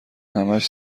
همهاش